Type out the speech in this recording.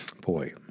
boy